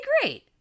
great